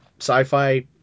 sci-fi